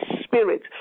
spirit